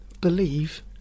Believe